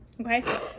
okay